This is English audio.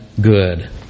good